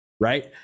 right